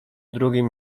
drugim